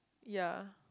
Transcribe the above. ya